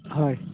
হয়